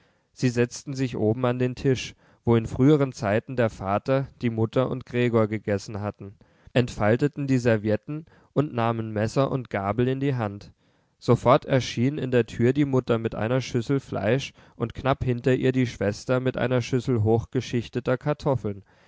sie setzten sich oben an den tisch wo in früheren zeiten der vater die mutter und gregor gegessen hatten entfalteten die servietten und nahmen messer und gabel in die hand sofort erschien in der tür die mutter mit einer schüssel fleisch und knapp hinter ihr die schwester mit einer schüssel hochgeschichteter kartoffeln